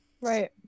Right